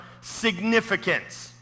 Significance